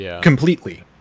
completely